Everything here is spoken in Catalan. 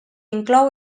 inclou